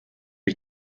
ich